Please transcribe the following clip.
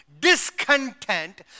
discontent